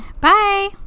bye